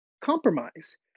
compromise